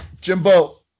jimbo